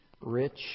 rich